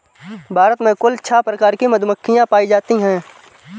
भारत में कुल छः प्रकार की मधुमक्खियां पायी जातीं है